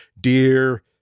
dear